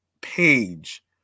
page